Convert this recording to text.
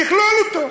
תכלול אותו.